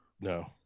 no